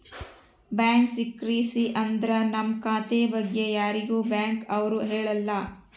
bank secrecy ಅಂದ್ರ ನಮ್ ಖಾತೆ ಬಗ್ಗೆ ಯಾರಿಗೂ ಬ್ಯಾಂಕ್ ಅವ್ರು ಹೇಳಲ್ಲ